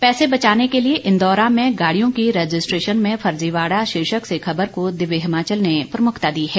पैसे बचाने के लिए इंदौरा में गाड़ियों की रजिस्ट्रेशन में फर्जीबाड़ा शीर्षक से खबर को दिव्य हिमाचल ने प्रमुखता दी है